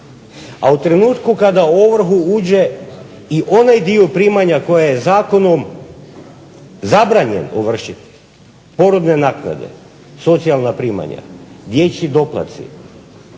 a u trenutku kada u ovrhu uđe i onaj dio primanja koje je zakonom zabranjen ovršiti, porodne naknade, socijalna primanja, dječji doplatci,